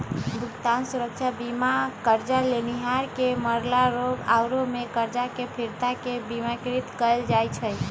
भुगतान सुरक्षा बीमा करजा लेनिहार के मरला, रोग आउरो में करजा के फिरता के बिमाकृत कयल जाइ छइ